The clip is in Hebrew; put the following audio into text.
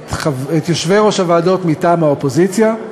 את שמות יושבי-ראש הוועדות מטעם האופוזיציה,